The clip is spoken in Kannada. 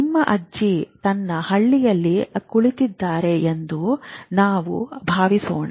ನಿಮ್ಮ ಅಜ್ಜಿ ತನ್ನ ಹಳ್ಳಿಯಲ್ಲಿ ಕುಳಿತಿದ್ದಾರೆ ಎಂದು ನಾವು ಭಾವಿಸೋಣ